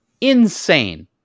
insane